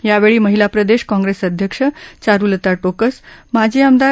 यावेळी महिला प्रदेश काँग्रेस अध्यक्ष चारुलता टोकस माजी आम प्रा